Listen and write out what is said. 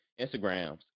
Instagrams